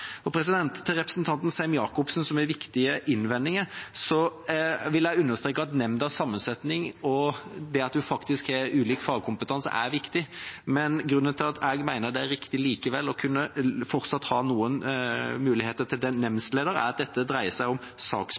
Til representanten Sem-Jacobsen, som har viktige innvendinger, vil jeg understreke at nemndas sammensetning og det at en faktisk har ulik fagkompetanse, er viktig. Men grunnen til at jeg likevel mener det er riktig fortsatt å kunne ha noen muligheter til det med nemndledere, er at dette dreier seg om